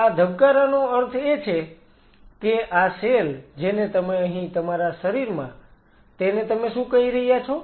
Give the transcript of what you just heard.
આ ધબકારાનો અર્થ એ છે કે આ સેલ જેને તમે અહીં તમારા શરીરમાં તેને તમે શું કહી રહ્યા છો